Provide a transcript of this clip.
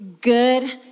good